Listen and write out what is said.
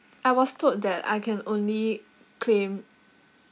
I was told that I can only claim